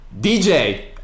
DJ